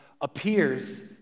appears